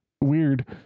weird